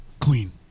Queen